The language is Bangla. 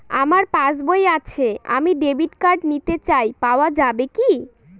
আমার পাসবই আছে আমি ডেবিট কার্ড নিতে চাই পাওয়া যাবে কি?